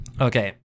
Okay